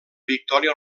victòria